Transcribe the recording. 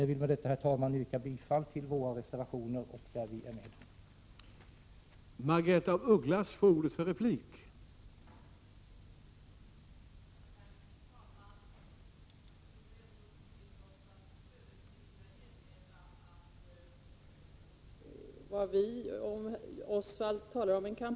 Jag vill med detta yrka bifall till vpk:s reservationer och Övriga reservationer där vi är med.